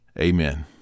Amen